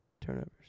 turnovers